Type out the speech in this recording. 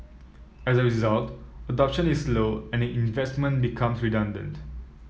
as a result adoption is low and the investment becomes redundant